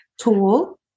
tool